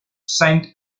saint